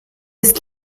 ist